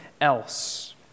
else